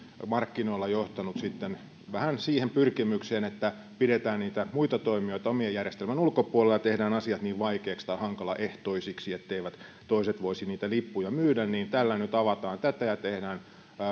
markkinoilla johtanut sitten vähän siihen pyrkimykseen että pidetään niitä muita toimijoita omien järjestelmien ulkopuolella ja tehdään asiat niin vaikeiksi tai hankalaehtoisiksi etteivät toiset voisi niitä lippuja myydä tällä nyt avataan tätä ja tehdään